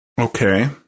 Okay